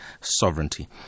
sovereignty